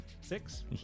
Six